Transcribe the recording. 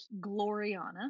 Gloriana